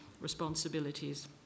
responsibilities